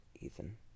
Ethan